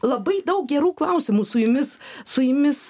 labai daug gerų klausimų su jumis su jumis